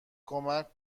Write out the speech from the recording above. کمک